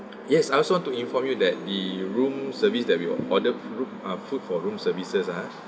yes I also want to inform you that the room service that we were order fruit ah food for room services ah